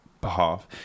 behalf